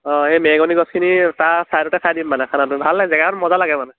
অঁ এই মেগনি গছখিনি তাৰ চাইডতে ততে খাই দিম মানে খানাটো ভাল লাগে জেগাকণ মজা লাগে